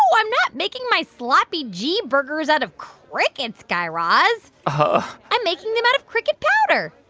i'm not making my sloppy g burgers out of crickets, guy raz. but i'm making them out of cricket powder